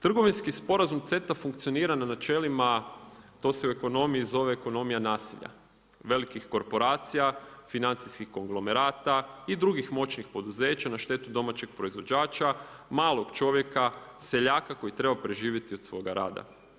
Trgovinski sporazum CETA funkcionira na načelima, to se u ekonomiji zove ekonomija nasilja velikih korporacija, financijskih konglomerata i drugih moćnih poduzeća na štetu domaćeg proizvođača, malog čovjeka, seljaka koji treba preživjeti od svoga rada.